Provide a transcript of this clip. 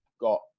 got